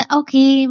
okay